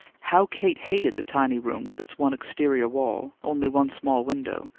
how kate hated the tiny room with its one exterior wall, only one small window,